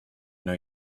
know